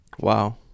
Wow